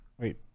wait